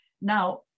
now